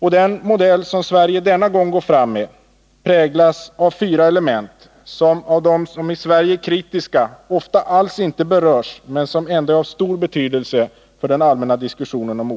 Den modell som Sverige denna gång går fram med präglas av fyra element, som av de i Sverige kritiska ofta alls inte berörs men som ändå är av stor betydelse för den allmänna diskussionen om OS.